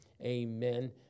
amen